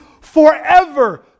forever